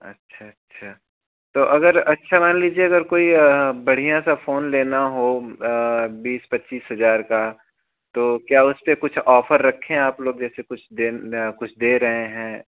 अच्छा अच्छा तो अगर अच्छा मान लीजिएगा अगर कोई बढ़िया सा फ़ोन लेना हो बीस पच्चीस हज़ार का तो क्या उस पर कुछ ऑफर रक्खें हैं आप लोग जैसे कुछ देन कुछ दे रहे हैं